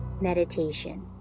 meditation